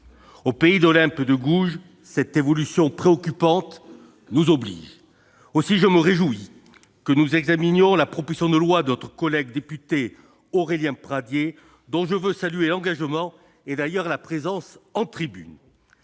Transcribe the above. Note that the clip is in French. Au pays d'Olympe de Gouges, cette évolution préoccupante nous oblige. Aussi je me réjouis que nous examinions aujourd'hui la proposition de loi de notre collègue député Aurélien Pradié, dont je salue l'engagement et la présence dans nos tribunes.